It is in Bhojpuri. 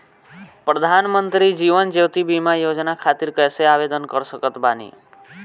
प्रधानमंत्री जीवन ज्योति बीमा योजना खातिर कैसे आवेदन कर सकत बानी?